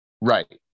Right